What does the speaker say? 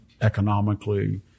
economically